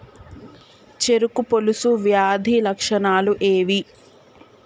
చెరుకు పొలుసు వ్యాధి లక్షణాలు ఏవి?